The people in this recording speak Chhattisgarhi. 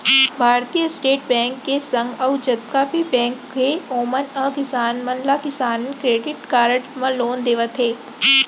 भारतीय स्टेट बेंक के संग अउ जतका भी बेंक हे ओमन ह किसान मन ला किसान क्रेडिट कारड म लोन देवत हें